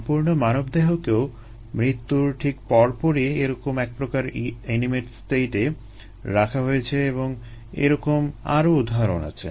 সম্পূর্ণ মানবদেহকেও মৃত্যুর ঠিক পর পরই এরকম এক প্রকার এনিমেট স্টেটে রাখা হয়েছে এবং এরকম আরো উদাহরণ আছে